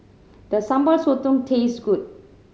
does Sambal Sotong taste good